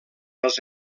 els